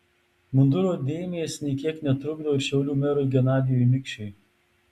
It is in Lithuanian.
munduro dėmės nė kiek netrukdo ir šiaulių merui genadijui mikšiui